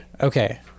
Okay